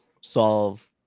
solve